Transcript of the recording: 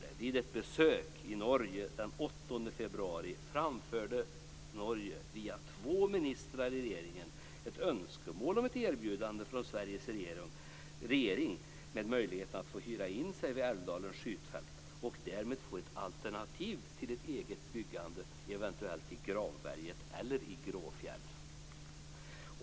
Vid ett besök i Norge den 8 februari framförde Norge, via två ministrar i regeringen, ett önskemål om ett erbjudande från Sveriges regering om möjlighet att få hyra in sig på Älvdalens skjutfält och därmed få ett alternativ till ett eget byggande i Gravberget eller Gråfjäll.